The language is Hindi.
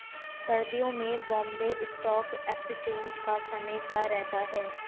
सर्दियों में बॉम्बे स्टॉक एक्सचेंज का समय क्या रहता है?